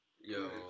Yo